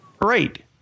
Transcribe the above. Right